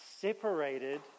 separated